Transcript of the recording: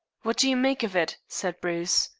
what do you make of it? said bruce.